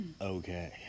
Okay